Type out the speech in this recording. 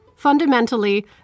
Fundamentally